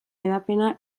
hedapena